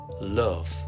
love